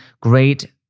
great